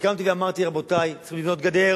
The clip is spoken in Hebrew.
וקמתי ואמרתי: רבותי, צריך לבנות גדר